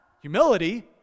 humility